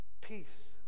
peace